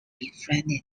befriended